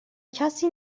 کسی